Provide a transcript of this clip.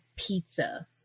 pizza